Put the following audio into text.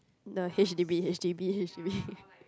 the H_D_B H_D_B H_D_B